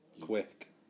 quick